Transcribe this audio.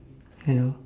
hello